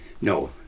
no